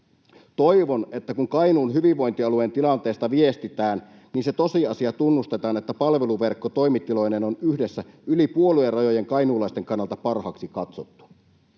Toivon, että kun Kainuun hyvinvointialueen tilanteesta viestitään, niin se tosiasia tunnustetaan, että palveluverkko toimitiloineen on yhdessä yli puoluerajojen kainuulaisten kannalta parhaaksi katsottu.